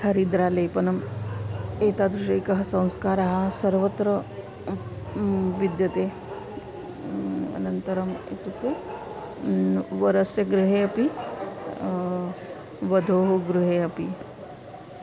हरिद्रालेपनम् एतादृशैकः संस्कारः सर्वत्र विद्यते अनन्तरम् इत्युक्ते वरस्य गृहे अपि वधोः गृहे अपि